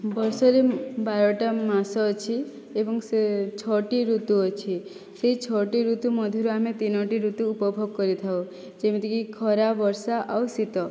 ବର୍ଷରେ ବାରଟା ମାସ ଅଛି ଏବଂ ସେ ଛଅଟି ଋତୁ ଅଛି ସେଇ ଛଅଟି ଋତୁ ମଧ୍ୟରୁ ଆମେ ତିନୋଟି ଋତୁ ଉପଭୋଗ କରିଥାଉ ଯେମିତିକି ଖରା ବର୍ଷା ଆଉ ଶୀତ